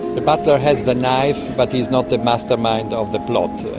the butler has the knife, but he's not the mastermind of the plot.